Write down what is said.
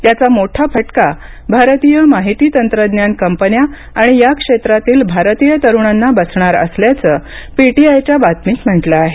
याचा मोठा फटका भारतीय माहिती तंत्रज्ञान कंपन्या आणि या क्षेत्रातील भारतीय तरुणांना बसणार असल्याचं पीटीआयच्या बातमीत म्हटलं आहे